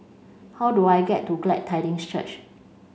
how do I get to Glad Tidings Church